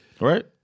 Right